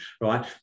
right